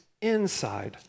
inside